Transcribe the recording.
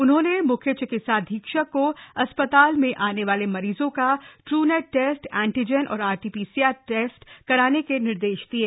उन्होंने मुख्य चिकित्साधीक्षक को अस्पताल में आने वाले मरीजों का ड्र नेट टेस्ट एंटीजन और आरटीपीसीआर टेस्ट कराने के निर्देश दिये